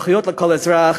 זכויות לכל אזרח.